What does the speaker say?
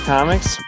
Comics